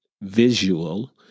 visual